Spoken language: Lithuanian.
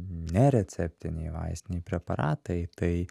nereceptiniai vaistiniai preparatai tai